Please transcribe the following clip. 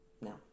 no